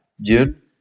June